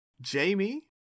Jamie